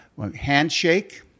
handshake